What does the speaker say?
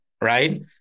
right